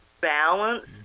balance